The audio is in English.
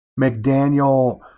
McDaniel